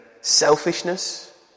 selfishness